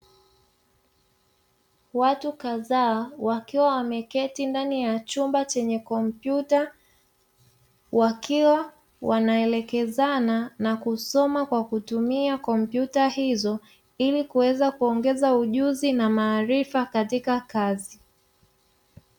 Watu kadhaa wakiwa wameketi ndani ya chumba chenye komputa, wakiwa wanaelekezana na kusoma kwa kutumia komputa izo ili kuweza kuongeza ujuzi na maarifa katika kazi.